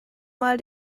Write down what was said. mal